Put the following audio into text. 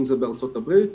אם זה בארצות הברית,